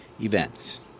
events